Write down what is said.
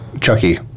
Chucky